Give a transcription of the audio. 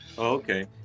Okay